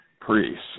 priests